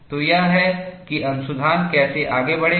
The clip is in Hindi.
तो यह है कि अनुसंधान कैसे आगे बढ़ा